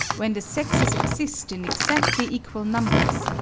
when the sexes exist in exactly equal numbers,